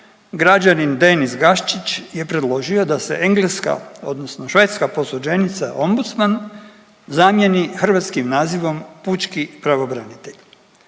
građanin Denis Gaščić je predložio da se engleska odnosna švedska posuđenica „ombudsman“ zamijeni hrvatskim nazivom „pučki pravobranitelj“.